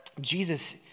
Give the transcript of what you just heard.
Jesus